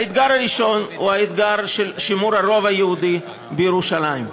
האתגר הראשון הוא האתגר של שימור הרוב היהודי בירושלים,